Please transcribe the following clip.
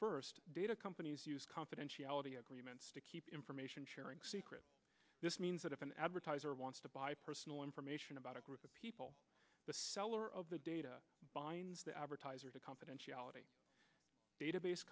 first data companies confidentiality agreements to keep information sharing secret this means that if an advertiser wants to buy personal information about a group of people the seller of the data binds the advertiser to confidentiality database